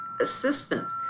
assistance